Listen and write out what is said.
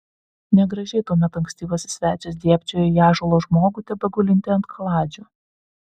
negražiai tuomet ankstyvasis svečias dėbčiojo į ąžuolo žmogų tebegulintį ant kaladžių